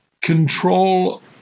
Control